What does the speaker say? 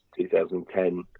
2010